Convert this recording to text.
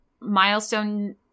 milestone